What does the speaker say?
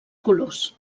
colors